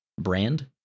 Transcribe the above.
brand